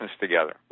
together